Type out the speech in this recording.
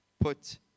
Put